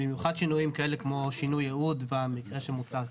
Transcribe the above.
במיוחד שינויים כאלה כמו שינוי ייעוד במקרה שמוצע כאן.